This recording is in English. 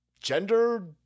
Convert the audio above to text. gender